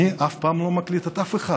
אני אף פעם לא מקליט אף אחד,